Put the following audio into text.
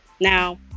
Now